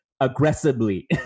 aggressively